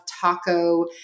taco